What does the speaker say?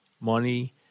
money